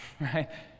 right